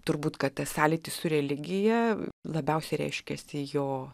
turbūt kad tas sąlytis su religija labiausiai reiškiasi jo